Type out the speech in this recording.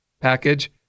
package